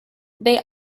they